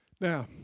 Now